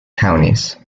counties